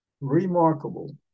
remarkable